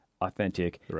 authentic